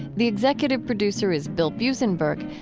the executive producer is bill buzenberg,